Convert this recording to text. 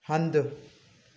हंधि